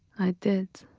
i did,